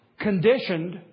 conditioned